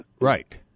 right